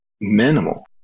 minimal